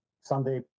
Sunday